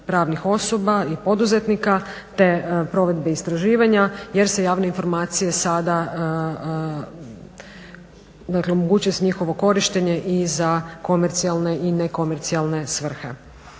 pravnih osoba i poduzetnika te provedbi istraživanja jer se javne informacije sada, dakle omogućuje se njihovo korištenje i za komercijalne i nekomercijalne svrhe.